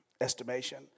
estimation